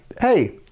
hey